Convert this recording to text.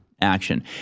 action